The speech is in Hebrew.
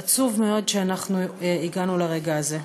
עצוב מאוד שאנחנו הגענו לרגע הזה.